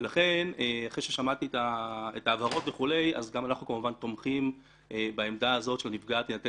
אנחנו תומכים בעמדה הזאת שלנפגע תינתן